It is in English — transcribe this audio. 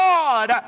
God